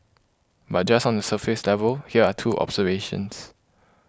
but just on the surface level here are two observations